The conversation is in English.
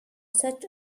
such